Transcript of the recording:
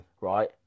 right